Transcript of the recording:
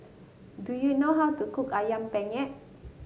do you know how to cook ayam Penyet